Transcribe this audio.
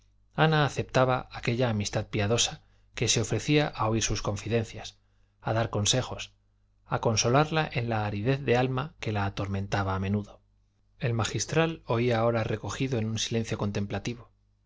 ana aceptaba aquella amistad piadosa que se ofrecía a oír sus confidencias a dar consejos a consolarla en la aridez de alma que la atormentaba a menudo el magistral oía ahora recogido en un silencio contemplativo